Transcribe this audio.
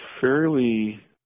fairly